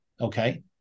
Okay